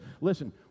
listen